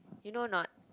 you know or not